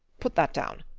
put that down.